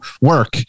work